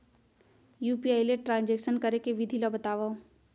UPI ले transaction करे के विधि ला बतावव?